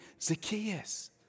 Zacchaeus